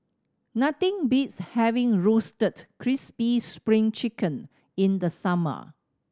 nothing beats having Roasted Crispy Spring Chicken in the summer